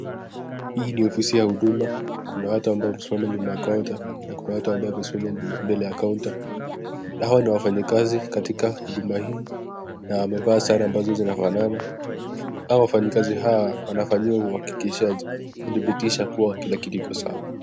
Hii ni ofisi ya huduma kuna watu ambao wamesimama nyuma ya counter na kuna watu ambao wamesimama mbele ya counter hawa ni wafanyikazi katika huduma hii na wamevaa sare ambazo zinafanana. Hawa wafanyikazi hawa wanafanya uhakikishaji kuthibitisha kuwa kila kitu iko sawa.